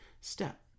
step